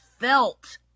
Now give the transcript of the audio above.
felt